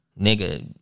Nigga